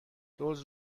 دزد